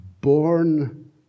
born